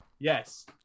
yes